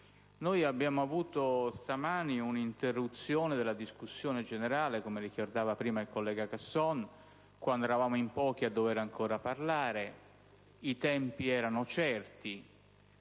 abbiamo avuto un'interruzione della discussione generale - come ricordava poc'anzi il collega Casson - quando eravamo in pochi a dover ancora intervenire, i tempi erano certi